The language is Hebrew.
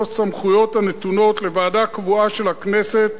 הסמכויות הנתונות לוועדה קבועה של הכנסת